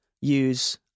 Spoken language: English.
use